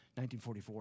1944